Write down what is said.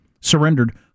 Surrendered